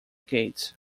gates